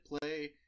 play